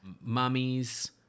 mummies